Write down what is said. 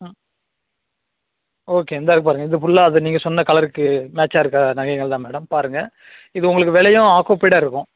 ம் ஓகே இந்தா இருக்குது பாருங்க இது ஃபுல்லாக அது நீங்கள் சொன்ன கலருக்கு மேட்சாக இருக்கற நகைகள் தான் மேடம் பாருங்க இது உங்களுக்கு விலையும் ஆக்குபைடாக இருக்கும்